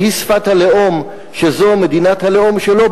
שהיא שפת הלאום שזו מדינת הלאום שלו,